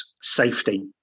safety